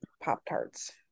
Pop-Tarts